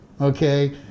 Okay